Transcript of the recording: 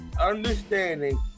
understanding